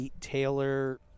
Taylor